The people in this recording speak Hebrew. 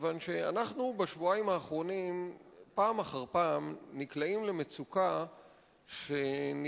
מכיוון שבשבועיים האחרונים פעם אחר פעם אנחנו נקלעים למצוקה שנגרמת